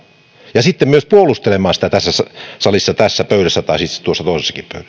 ja sitten myös puolustelemaan sitä tässä salissa tässä pöydässä tai tuossa toisessakin pöydässä